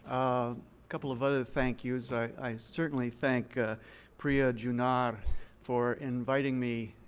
a couple of other thank yous. i certainly thank priya junnar for inviting me